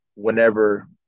whenever